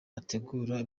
ategura